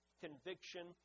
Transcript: conviction